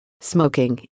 Smoking